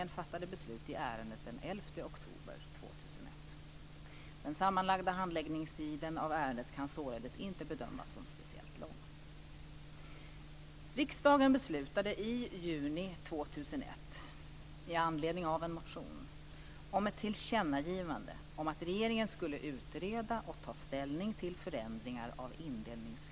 Den sammanlagda handläggningstiden av ärendet kan således inte bedömas som speciellt lång.